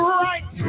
right